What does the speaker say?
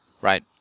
right